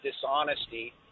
dishonesty